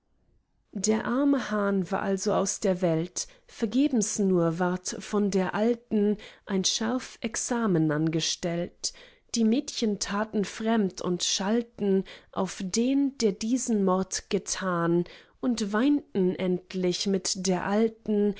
der arme hahn war also aus der welt vergebens nur ward von der alten ein scharf examen angestellt die mädchen taten fremd und schalten auf den der diesen mord getan und weinten endlich mit der alten